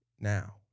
Now